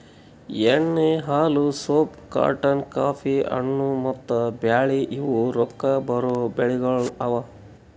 ಎಣ್ಣಿ, ಹಾಲು, soap, cotton, coffee, ಹಣ್ಣು, ಮತ್ತ ಬ್ಯಾಳಿ ಇವು ರೊಕ್ಕಾ ಬರೋ ಬೆಳಿಗೊಳ್ ಅವಾ